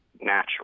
natural